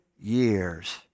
years